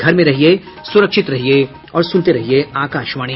घर में रहिये सुरक्षित रहिये और सुनते रहिये आकाशवाणी